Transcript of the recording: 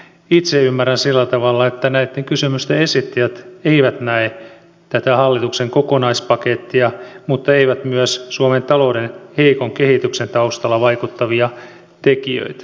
itse ymmärrän sillä tavalla että näitten kysymysten esittäjät eivät näe tätä hallituksen kokonaispakettia mutta eivät myös suomen talouden heikon kehityksen taustalla vaikuttavia tekijöitä